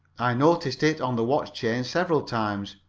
i noticed it on the watch chain several times.